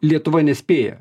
lietuva nespėja